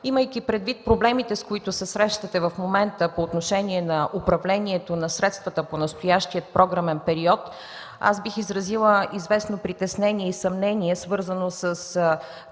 имайки предвид проблемите, с които се срещате в момента по отношение на управлението на средствата по настоящия програмен период. Аз бих изразила известно притеснение и съмнение, свързано с